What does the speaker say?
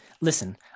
listen